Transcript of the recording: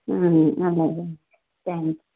అలాగే త్యాంక్స్